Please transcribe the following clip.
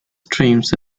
streams